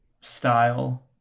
style